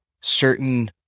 certain